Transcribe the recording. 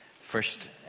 first